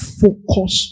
focus